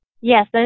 Yes